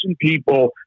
people